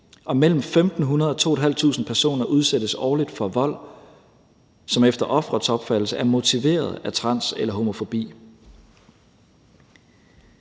og mellem 1.500 og 2.500 personer udsættes årligt for vold, som efter ofrets opfattelse er motiveret af trans- eller homofobi.